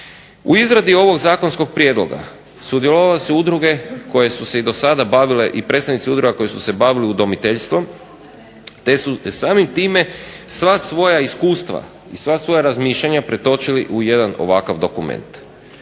U izradi ovog zakonskog prijedloga sudjelovale su udruge koje su se i do sada bavile i predstavnici udruga koji su se bavili udomiteljstvom te su samim time sva svoja iskustva i sva svoja razmišljanja pretočili u jedan ovakav dokument.